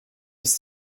ist